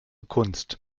kunst